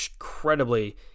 incredibly